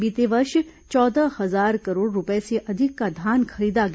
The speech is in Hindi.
बीते वर्ष चौदह हजार करोड़ रूपये से अधिक का धान खरीदा गया